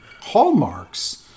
hallmarks